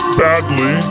badly